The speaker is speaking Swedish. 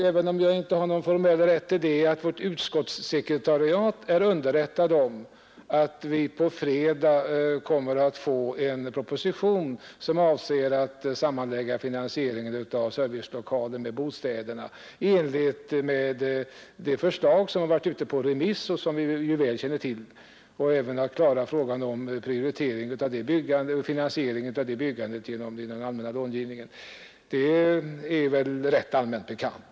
Även om jag inte har någon formell rätt till det kan jag säga, att vårt utskottssekretariat är underrättat om att vi på fredag kommer att få en proposition, som avser att sammanlägga finansieringen av servicelokaler med bostäderna i enlighet med det förslag, som varit ute på remiss och som vi väl känner till. Det gäller även att klara finansieringen av detta byggande genom den allmänna långivningen. Det är väl rätt allmänt bekant.